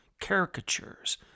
caricatures